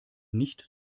nicht